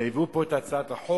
שהביאו פה את הצעת החוק